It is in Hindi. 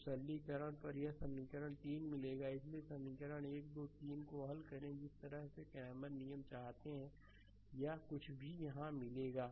तो सरलीकरण पर यह समीकरण 3 मिलेगा इसलिए समीकरण 1 2 और 3 को हल करें जिस तरह से क्रेमर्स नियम चाहते हैं या कुछ भी यहां मिलेगा